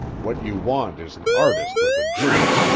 what you want is an artist with a jimmy.